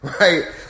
right